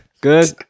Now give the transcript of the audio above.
Good